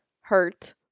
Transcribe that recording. hurt